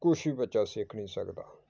ਕੁਛ ਵੀ ਬੱਚਾ ਸਿੱਖ ਨਹੀਂ ਸਕਦਾ